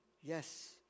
Yes